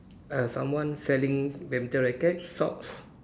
err someone selling badminton racket socks